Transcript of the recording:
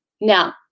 Now